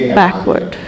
backward